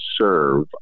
serve